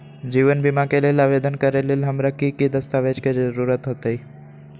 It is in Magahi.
जीवन बीमा के लेल आवेदन करे लेल हमरा की की दस्तावेज के जरूरत होतई?